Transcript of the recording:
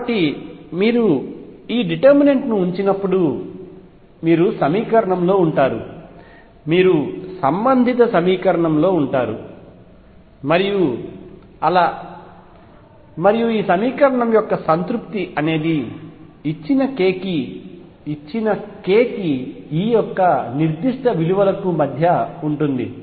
కాబట్టి మీరు ఈ డిటెర్మినెంట్ ను ఉంచినప్పుడు మీరు సమీకరణంలో ఉంటారు మీరు సంబంధిత సమీకరణంలో ఉంటారు మరియు ఈ సమీకరణం యొక్క సంతృప్తి అనేది ఇచ్చిన k కి E యొక్క నిర్దిష్ట విలువలకు మధ్య ఉంటుంది